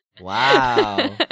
wow